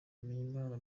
bimenyimana